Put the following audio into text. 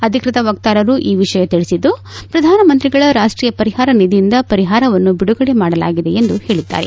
ಅಧಿಕೃತ ವಕ್ತಾರರು ಈ ವಿಷಯ ತಿಳಿಸಿದ್ದು ಪ್ರಧಾನಮಂತ್ರಿಗಳ ರಾಷ್ಟೀಯ ಪರಿಹಾರ ನಿಧಿಯಿಂದ ಪರಿಹಾರವನ್ನು ಬಿಡುಗಡೆ ಮಾಡಲಾಗಿದೆ ಎಂದು ಹೇಳಿದ್ದಾರೆ